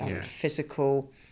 physical